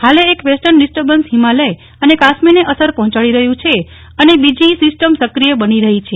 હાલે એક western disturbance Himalaya અને કાશ્મીરને અસર પહોંચાડી રહ્યું છે અને બીજી સિસ્ટમ સક્રિય બની રહી છે